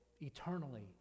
eternally